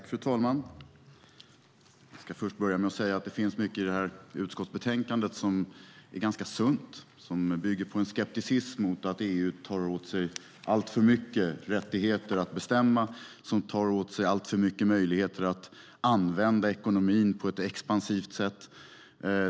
Fru talman! Jag vill börja med att säga att det finns mycket i utskottsbetänkandet som är ganska sunt, som bygger på en skepticism mot att EU tar åt sig alltför mycket rättigheter att bestämma, tar åt sig alltför mycket möjligheter att använda ekonomin på ett expansivt sätt.